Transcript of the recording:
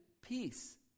peace